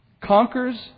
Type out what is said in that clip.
Conquers